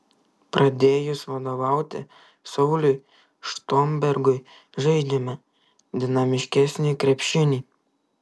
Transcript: pradėjus vadovauti sauliui štombergui žaidžiame dinamiškesnį krepšinį